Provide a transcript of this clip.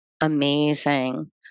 amazing